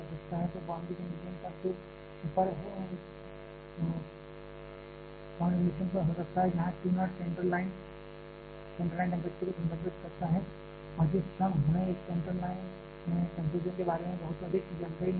तो यह boundary condition पर हो सकता है जहां T naught central line temperature को संदर्भित करता है और जिस क्षण हमें इस सेंट्रल लाइन टेंपरेचर के बारे में बहुत अधिक जानकारी नहीं होती है